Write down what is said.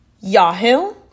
Yahoo